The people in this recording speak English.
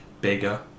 bigger